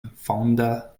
vonda